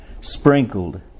sprinkled